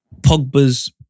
Pogba's